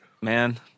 Man